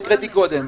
שהקראתי קודם,